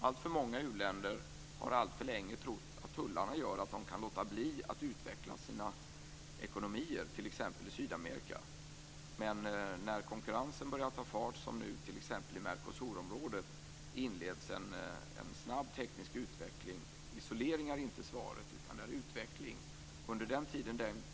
Alltför många u-länder har alltför länge trott att tullarna gör att de kan låta bli att utveckla sina ekonomier. Så har det t.ex. varit i Sydamerika. När konkurrensen börjar ta fart, som nu i t.ex. Mercosurområdet, inleds en snabb teknisk utveckling. Isoleringar är inte svaret på detta, utan det är utveckling.